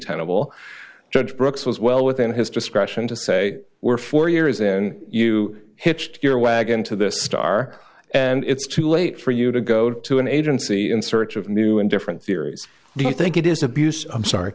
tenable judge brooks was well within his discretion to say we're four years and you hitched your wagon to this star and it's too late for you to go to an agency in search of new and different theories do you think it is abuse i'm sorry